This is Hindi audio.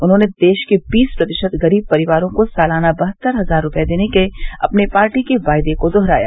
उन्होंने देश के बीस प्रतिशत गरीब परिवारों को सालाना बहत्तर हजार रुपये देने के अपनी पार्टी के वायदे को दुहराया